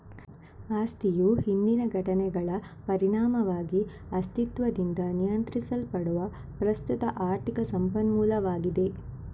ಆಸ್ತಿಯು ಹಿಂದಿನ ಘಟನೆಗಳ ಪರಿಣಾಮವಾಗಿ ಅಸ್ತಿತ್ವದಿಂದ ನಿಯಂತ್ರಿಸಲ್ಪಡುವ ಪ್ರಸ್ತುತ ಆರ್ಥಿಕ ಸಂಪನ್ಮೂಲವಾಗಿದೆ